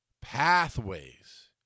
pathways